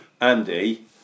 Andy